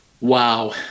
Wow